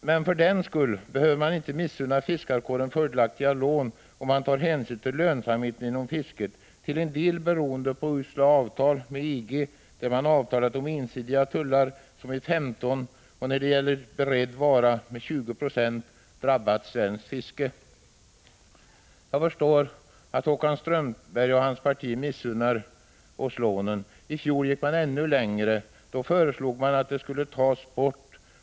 Men för den skull behöver man inte missunna fiskarkåren fördelaktiga lån om man tar hänsyn till lönsamheten inom fisket, till en del beroende på usla avtal med EG, där man avtalat om ensidiga tullar som med 15 0 och för beredd vara med 20 96 drabbat svenskt fiske. Jag förstår att Håkan Strömberg och hans parti missunnar oss lånen. I fjol gick man ännu längre. Då föreslog man att de skulle tas bort.